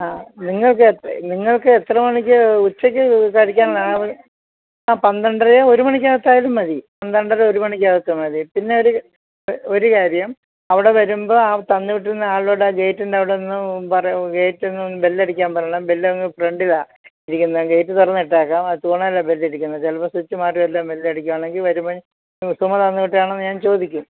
ആ നിങ്ങൾക്ക് എത്ര നിങ്ങൾക്ക് എത്ര മണിക്ക് ഉച്ചയ്ക്ക് കഴിക്കാനാ ആ പന്ത്രണ്ടര ഒരു മണിക്കകത്തായാലും മതി പന്ത്രണ്ടര ഒരു മണിക്കകത്തു മതി പിന്നെ ഒരു ഒരു കാര്യം അവിടെ വരുമ്പോള് ആ തന്നുവിട്ടിരുന്ന ആളോട് ഗേറ്റിന് അവിടെനിന്നു ഗേറ്റില്നിന്നൊന്ന് ബെല്ലടിക്കാൻ പറയണം ബെല്ലങ്ങ് ഫ്രണ്ടിലാണ് ഇരിക്കുന്നത ഗേറ്റ് തുറന്നിട്ടേക്കാം അത് തൂണേലാ ബെല്ലിരക്കുന്നേ ചിലപ്പോള് സ്വിച്ച് മാറി വല്ലോം ബെല്ലടിക്കുകയാണെങ്കില് വരുമ്പോള് സുമ തന്നുവിട്ടതാണോ എന്നു ഞാൻ ചോദിക്കും